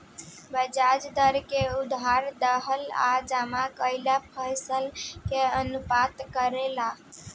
ब्याज दर में उधार दिहल आ जमा कईल पइसा के अनुपात में रहेला